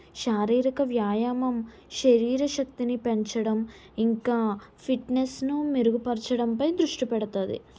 శారీరిక వ్యాయామం శరీర శక్తిని పెంచడం ఇంకా ఫిట్నెస్ ను మెరుగుపరచడంపై దృష్టి పెడుతుంది